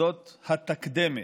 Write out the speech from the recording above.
וזאת ה"תקדמת"